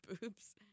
Boobs